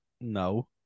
no